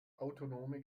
autonome